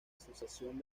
asociación